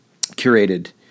curated